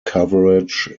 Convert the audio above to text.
coverage